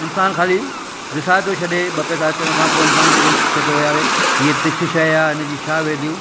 इंसानु खाली विसारे थो छॾे ॿ पैसा अचण खां पोइ इंसानु जेके चवे थो यार हीअ तुच्छ शइ आहे इन जी छा वेल्यू